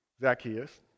Zacchaeus